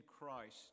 Christ